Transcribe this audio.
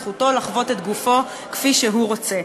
זכותו לחוות את גופו כפי שהוא רוצה.